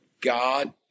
God